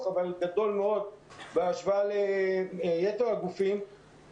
אבל גדול מאוד בהשוואה ליתר הגופים,